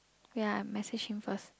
ya message him first